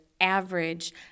average